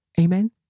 Amen